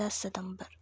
दस सतंबर